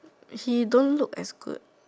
he don't look as good